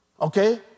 okay